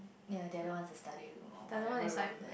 ya they don't want to study whatever room